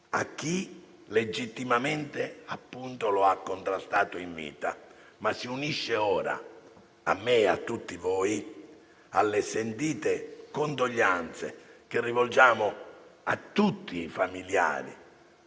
a chi legittimamente lo ha contrastato in vita, ma si unisce ora a me e a tutti voi nelle sentite condoglianze che rivolgiamo a tutti i familiari,